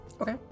Okay